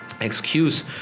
excuse